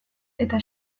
eta